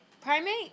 Primate